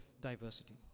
diversity